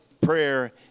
prayer